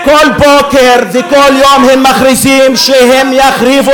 כל בוקר וכל יום הם מכריזים שהם יחריבו